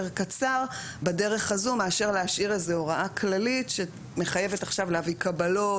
קצר בדרך הזו מאשר להשאיר איזה הוראה כללית שמחייבת עכשיו להביא קבלות,